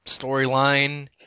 storyline